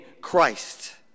Christ